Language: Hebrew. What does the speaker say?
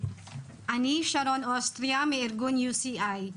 אני שרון אוסטריה מארגון UCI,